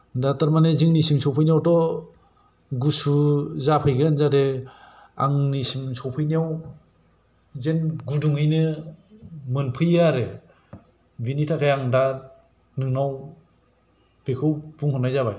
दा थारमाने जोंनिसिम सौफैनायावथ' गुसु जाफैगोन जाहाथे आंनिसिम सौफैनायाव जे गुदुङैनो मोनफैयो आरो बिनि थाखाय आं दा नोंनाव बेखौ बुंहरनाय जाबाय